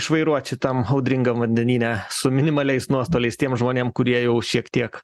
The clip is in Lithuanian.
išvairuot šitam audringam vandenyne su minimaliais nuostoliais tiem žmonėm kurie jau šiek tiek